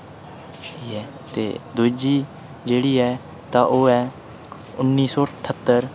ठीक ऐ ते दूजी जेह्ड़ी ऐ तां ओह् ऐ उन्नी सौ ठह्त्तर